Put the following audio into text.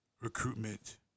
recruitment